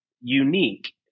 unique